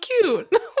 cute